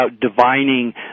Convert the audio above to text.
divining